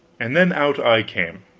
and then out i came.